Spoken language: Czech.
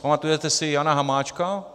Pamatujete si Jana Hamáčka?